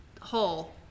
whole